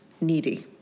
needy